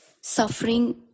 suffering